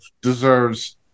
deserves